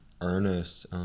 Ernest